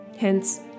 Hence